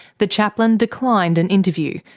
the chaplain declined an interview,